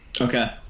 Okay